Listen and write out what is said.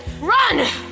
Run